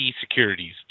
Securities